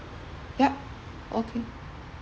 yup okay